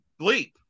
bleep